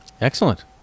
excellent